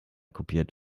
kopiert